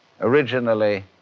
originally